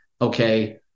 Okay